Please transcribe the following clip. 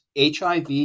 HIV